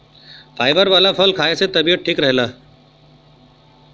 fibre वाला फल खाए से तबियत ठीक रहला